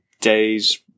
days